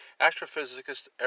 Astrophysicist